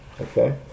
Okay